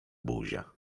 buzia